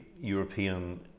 European